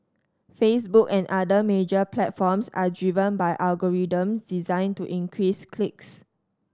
Facebook and other major platforms are driven by algorithms designed to increase clicks